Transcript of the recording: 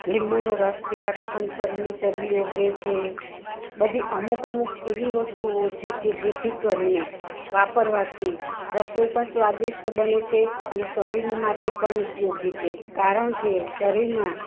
લીંબુનો રસ પીવાથી પણ શરીરની ચરબી ઓગળે છે બધી અમુક અમુક એવી વસ્તુઓ છે કે જેથી કરીને વાપરવાથી રસોઈ પણ સ્વાદિષ્ટ બને છે અને શરીરને માટે પણ ઉપયોગી છે કારણ કે શરીરમાં